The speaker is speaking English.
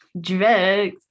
drugs